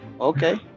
Okay